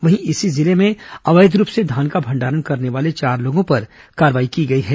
वहीं इसी जिले में अवैध रूप से धान का भंडारण करने वाले चार लोगों पर कार्रवाई की गई है